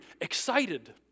excited